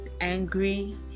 angry